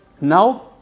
Now